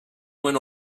when